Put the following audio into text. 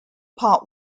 part